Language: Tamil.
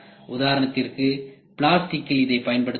உதாரணத்திற்கு பிளாஸ்டிக்கில் இதைப் பயன்படுத்தலாம்